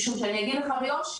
משום שאני אגיד לך ביושר,